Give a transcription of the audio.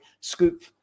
scoop